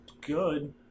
good